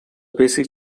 basic